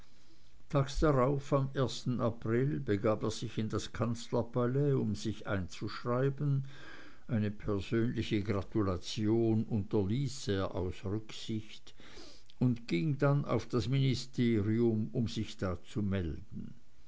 darauf am ersten april begab er sich in das kanzlerpalais um sich einzuschreiben eine persönliche gratulation unterließ er aus rücksicht und ging dann aufs ministerium um sich da zu melden